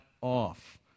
off